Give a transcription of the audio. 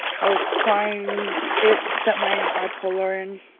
i was crying. it set my bipolar in.